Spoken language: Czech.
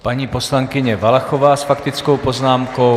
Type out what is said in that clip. Paní poslankyně Valachová s faktickou poznámkou.